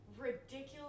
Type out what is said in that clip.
ridiculous